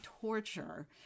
torture